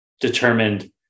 determined